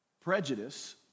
prejudice